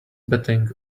betting